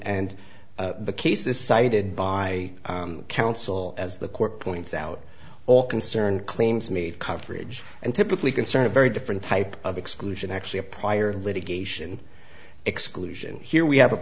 and the cases cited by counsel as the court points out all concerned claims made coverage and typically concerning very different types of exclusion actually a prior litigation exclusion here we have a